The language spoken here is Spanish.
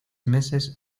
meses